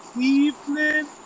evening